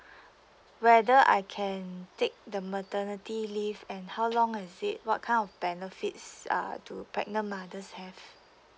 whether I can take the maternity leave and how long is it what kind of benefits err do pregnant mothers have